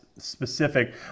specific